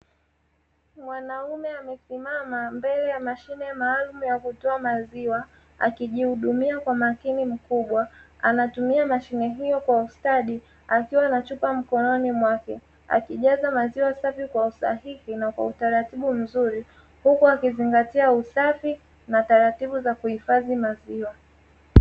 Mwanaume amasimama mbele ya mashine maalumu ya kutoa maziwa, akijihidumia kwa umakini mkubwa, anatumia mashine hiyo kwa ustadi, akiwa na chupa mkononi mwake, akijaza maziwa safi kwa usahihi na utaratibu mzuri huku akizingatia usafi na taratibu za kuhifadhi maziwa.